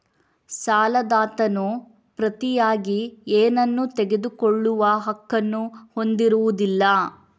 ಸಾಲದಾತನು ಪ್ರತಿಯಾಗಿ ಏನನ್ನೂ ತೆಗೆದುಕೊಳ್ಳುವ ಹಕ್ಕನ್ನು ಹೊಂದಿರುವುದಿಲ್ಲ